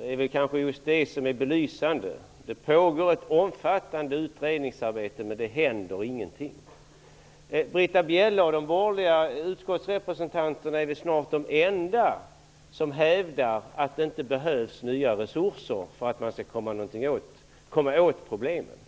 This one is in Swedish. Det kanske är just detta som är belysande. Det pågår ett omfattande utredningsarbete, men det händer ingenting. Britta Bjelle och de borgerliga utskottsrepresentanterna är snart de enda som hävdar att det inte behövs nya resurser för att komma åt problemen.